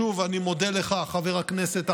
שוב, אני מודה לך, חבר הכנסת אייכלר.